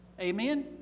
Amen